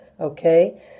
Okay